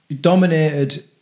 dominated